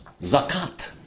zakat